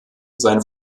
sein